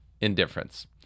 indifference